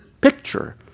picture